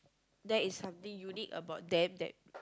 that is something unique about them that